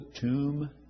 tomb